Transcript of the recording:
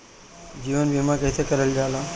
जीवन बीमा कईसे करल जाला?